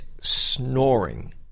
Snoring